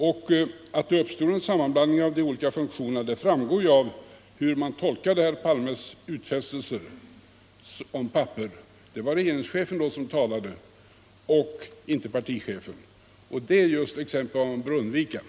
Och att det uppstod en sammanblandning av de olika funktionerna framgår ju av hur man tolkade herr Palmes utfästelser om papper — det var regeringen som då talade, inte partichefen. Det är just ett exempel på vad som bör undvikas.